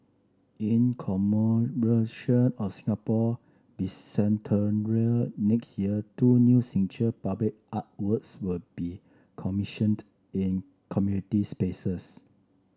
in commemoration of Singapore Bicentennial next year two new signature public artworks will be commissioned in community spaces